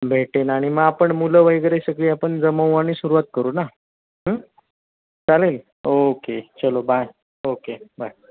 भेटेन आणि मग आपण मुलं वगैरे सगळी आपण जमवू आणि सुरवात करू ना चालेल ओके चलो बाय ओके बाय